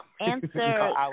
answer